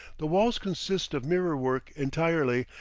the walls consist of mirror-work entirely,